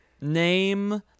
Name